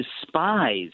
despise